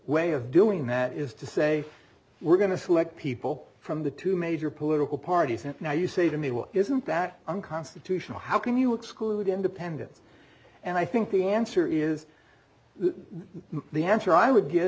way of doing that is to say we're going to select people from the two major political parties and now you say to me well isn't that unconstitutional how can you exclude independents and i think the answer is that the answer i would g